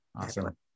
awesome